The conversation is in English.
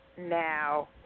now